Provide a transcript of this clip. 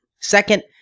Second